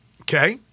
Okay